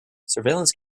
surveillance